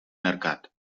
mercat